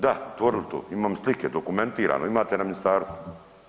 Da, otvorili to, imam slike, dokumentirano, imate na ministarstvu.